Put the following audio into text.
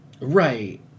Right